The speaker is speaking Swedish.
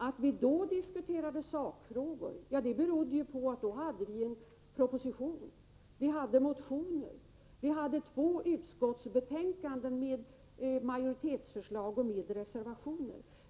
Att vi då diskuterade sakfrågor berodde på att vi hade att behandla en proposition, motioner och två utskottsbetänkanden med majoritetsförslag och reservationer.